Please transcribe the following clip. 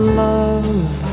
love